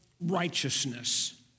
righteousness